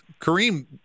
Kareem –